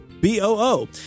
B-O-O